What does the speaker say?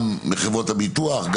גם מחברות הביטוח,